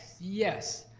yes.